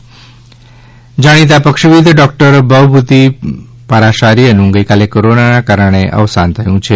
પક્ષીવિદ અવસાન જાણીતા પક્ષીવિદ ડોકટર ભવભૂતિ પારાશાર્યનું ગઇકાલે કોરોનાના કારણે અવસાન થયું છે